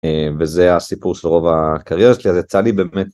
וזה הסיפור של רוב הקריירה שלי, אז יצא לי באמת.